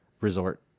resort